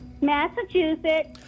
Massachusetts